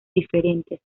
diferentes